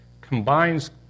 combines